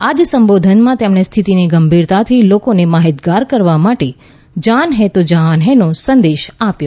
આજ સંબોધનમાં તેમણે સ્થિતીની ગંભીરતાથી લોકોને માહિતીગાર કરવા માટે જાન હૈ તો જહાન હૈ નો સંદેશ આપ્યો